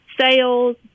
sales